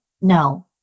no